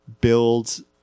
build